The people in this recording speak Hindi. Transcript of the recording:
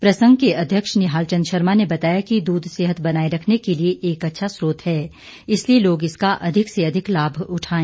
प्रसंघ के अध्यक्ष निहाल चंद शर्मा ने बताया कि दूध सेहत बनाए रखने के लिए एक अच्छा सरोत है इसलिए लोग इसका अधिक से अधिक लाभ उठाएं